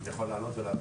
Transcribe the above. אני יכול לענות ולהבהיר?